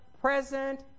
present